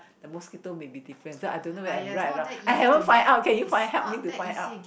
the mosquito may be different so I don't know whether I'm right or wrong I haven't find out can you find help me to find out